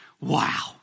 Wow